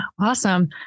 awesome